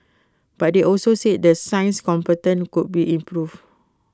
but they also said the science component could be improve